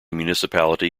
municipality